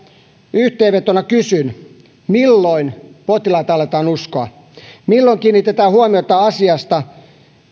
yhteenvetona kysyn milloin potilaita aletaan uskoa milloin kiinnitetään huomiota asiasta